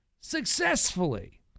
successfully